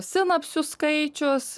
sinapsių skaičius